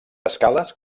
escales